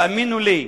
תאמינו לי,